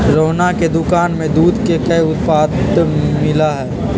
रोहना के दुकान में दूध के कई उत्पाद मिला हई